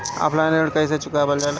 Offline ऋण कइसे चुकवाल जाला?